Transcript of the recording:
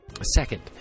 Second